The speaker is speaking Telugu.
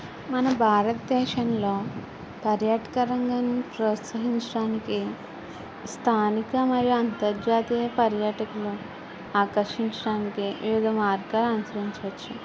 మన భారతదేశంలో పర్యాటక రంగాన్ని ప్రోత్సహించడానికి స్థానిక మరియు అంతర్జాతీయ పర్యాటకులను ఆకర్షించడానికి వివిధ మార్గాలు అనుసరించవచ్చు